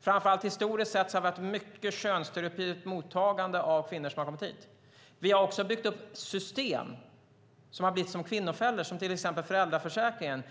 Framför allt historiskt sett har det varit ett mycket könsstereotypt mottagande av kvinnor som har kommit hit. Vi har också byggt upp ett system som har blivit kvinnofällor. Det gäller till exempel föräldraförsäkringen.